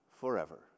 forever